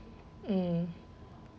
mm